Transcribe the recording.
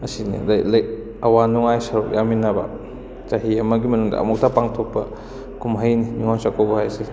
ꯑꯁꯤꯅꯤ ꯑꯋꯥ ꯅꯨꯡꯉꯥꯏ ꯁꯔꯨꯛ ꯌꯥꯃꯤꯟꯅꯕ ꯆꯍꯤ ꯑꯃꯒꯤ ꯃꯅꯨꯡꯗ ꯑꯃꯨꯛꯇ ꯄꯥꯡꯊꯣꯛꯄ ꯀꯨꯝꯍꯩꯅꯤ ꯅꯤꯉꯣꯜ ꯆꯥꯛꯀꯧꯕ ꯍꯥꯏꯕꯁꯦ